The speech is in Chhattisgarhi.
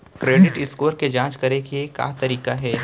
क्रेडिट स्कोर के जाँच करे के का तरीका हे?